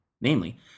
Namely